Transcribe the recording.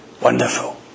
Wonderful